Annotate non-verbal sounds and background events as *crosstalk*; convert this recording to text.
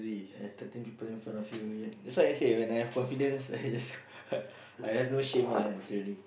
uh thirteen people in front of you yeah that's why I say when I have confidence I just *laughs* I have no shame one seriously